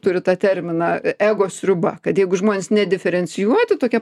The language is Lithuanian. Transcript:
turi tą terminą ego sriuba kad jeigu žmonės nediferencijuoti tokie